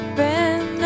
Friend